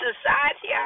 Society